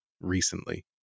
recently